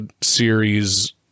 series